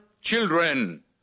children